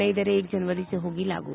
नयीं दरें एक जनवरी से होंगी लागू